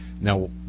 Now